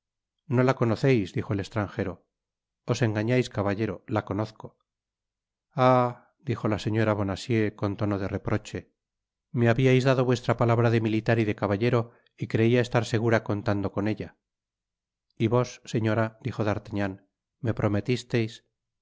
no la conoceis dijo el estranjero os engañais caballero la conozco ah dijo la señora bonacieux con tono de reproche me habiais dado vuestra palabra de militar y de caballero y creia estar segura contando con ella y vos señora dijo d'artagnan me prometisteis